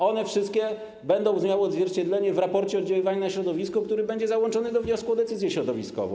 One wszystkie będą miały odzwierciedlenie w raporcie oddziaływania na środowisko, który będzie załączony do wniosku o decyzję środowiskową.